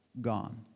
gone